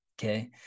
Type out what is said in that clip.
okay